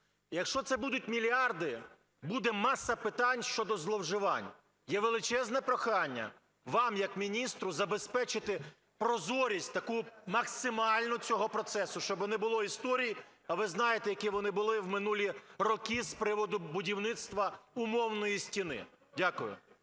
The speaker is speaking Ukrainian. Якщо це будуть мільярди, буде маса питань щодо зловживань. Є величезне прохання: вам як міністру забезпечити прозорість таку максимальну цього процесу, щоб не було історій, а ви знаєте, які вони були в минулі роки з приводу будівництва умовної стіни. Дякую.